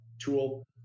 tool